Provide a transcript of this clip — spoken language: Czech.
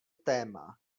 téma